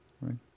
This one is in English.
Right